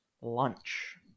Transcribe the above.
lunch